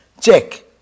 Check